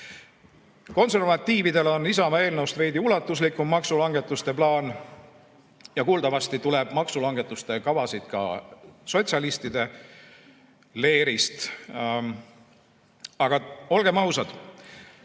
helistada. Konservatiividel on Isamaa eelnõust veidi ulatuslikum maksulangetuste plaan ja kuuldavasti tuleb maksulangetuste kavasid ka sotsialistide leerist. Aga olgem ausad,